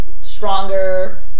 stronger